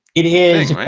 it is.